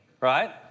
right